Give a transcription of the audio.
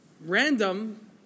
random